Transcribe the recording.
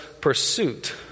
pursuit